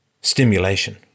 stimulation